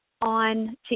on